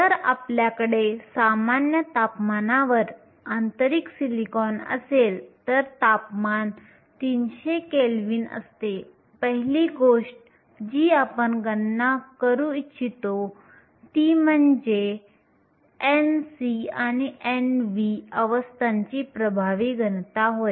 जर आपल्याकडे सामान्य तापमानावर आंतरिक सिलिकॉन असेल तर तापमान 300 केल्विन असते पहिली गोष्ट जी आपण गणना करू इच्छितो ती म्हणजे Nc आणि Nv अवस्थांची प्रभावी घनता होय